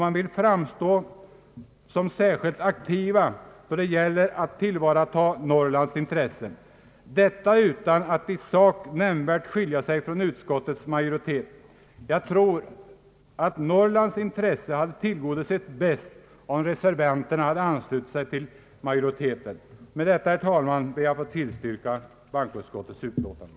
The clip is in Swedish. Man vill framstå som särskilt aktiv då det gäller att tillvarata Norrlands intressen, utan att i sak nämnvärt skilja sig från utskottets majoritet. Jag tror att Norrlands intressen hade tillgodosetts bäst, om reservanterna anslutit sig till majoriteten. Herr talmån! Med detta ber jag att få tillstyrka bankoutskottets utlåtande.